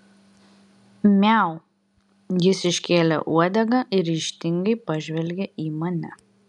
miau jis iškėlė uodegą ir ryžtingai pažvelgė į mane